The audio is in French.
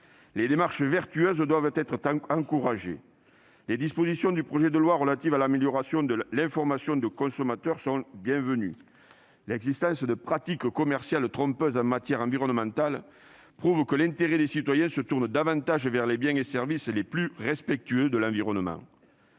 Les démarches vertueuses doivent être encouragées. Les dispositions du projet de loi relatives à l'amélioration de l'information du consommateur sont bienvenues. L'existence de pratiques commerciales trompeuses en matière environnementale prouve que l'intérêt des citoyens se tourne davantage vers les biens et services les plus respectueux de l'environnement.